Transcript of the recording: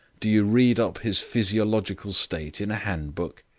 do you read up his physiological state in a handbook?